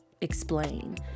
explain